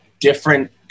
different